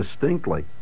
Distinctly